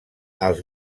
els